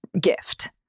gift